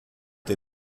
der